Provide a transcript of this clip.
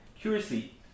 Curiously